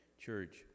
church